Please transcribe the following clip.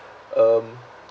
um